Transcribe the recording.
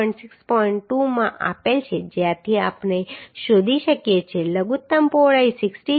2 માં આપેલ છે જ્યાંથી આપણે શોધી શકીએ છીએ કે લઘુત્તમ પહોળાઈ 60 છે